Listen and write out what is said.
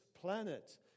planet